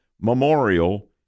Memorial